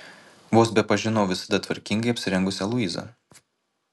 vos bepažinau visada tvarkingai apsirengusią luizą